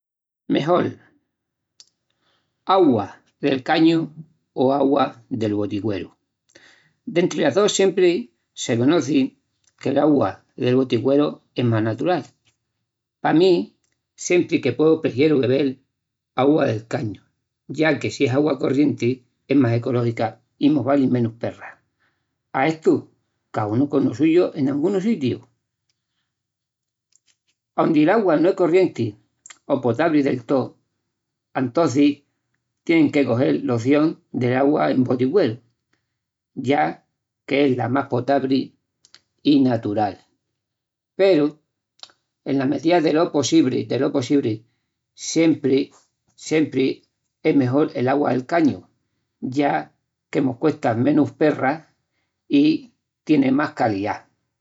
Augua del cañu o augua del boticueru: dentri las dos sempri se conoci que l’augua del boticueru es más natural. Pa mí sempri que pueu prehieru bebel augua del cañu ya que si es augua corrienti es más ecológica i mos vali menus perras. A estu cà unu cono suyu en angunus sitius, aondi’l augua no es corrienti o potabri del tó, antoncis tieni que cogel l’oción del augua en boticueru, ya que es la mas potabri i natural, peru ena medía delo possibri, sempri augua del cañu.